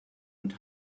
and